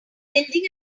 building